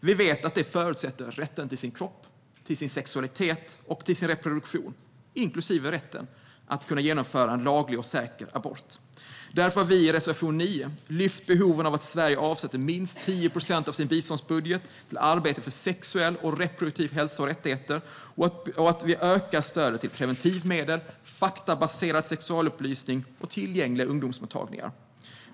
Vi vet att detta förutsätter rätten till den egna kroppen, sexualiteten och reproduktionen, inklusive rätten att kunna genomföra en laglig och säker abort. Därför har vi i reservation 9 lyft behovet av att Sverige avsätter minst 10 procent av sin biståndsbudget till arbetet för sexuell och reproduktiv hälsa och motsvarande rättigheter och att vi ökar stödet till preventivmedel, faktabaserad sexualupplysning och tillgängliga ungdomsmottagningar.